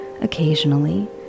occasionally